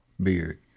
beard